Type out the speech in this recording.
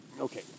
Okay